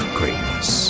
greatness